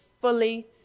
fully